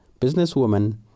businesswoman